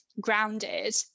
Grounded